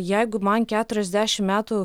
jeigu man keturiasdešimt metų